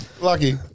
lucky